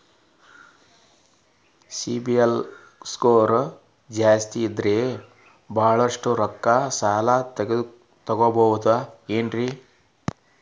CIBIL score ಜಾಸ್ತಿ ಇದ್ರ ಬಹಳಷ್ಟು ರೊಕ್ಕ ಸಾಲ ತಗೋಬಹುದು ಏನ್ರಿ?